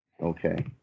Okay